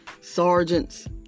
sergeants